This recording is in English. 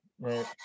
right